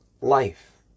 life